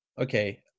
okay